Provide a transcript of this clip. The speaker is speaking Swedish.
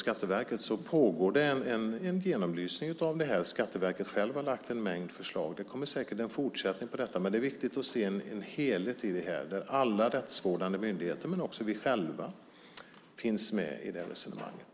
Skatteverket har självt lagt en mängd förslag. Det kommer säkert en fortsättning på detta, men det är viktigt att se en helhet i detta där alla rättsvårdande myndigheter och även vi själva finns med i resonemanget.